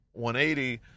180